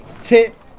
tip